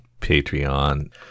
Patreon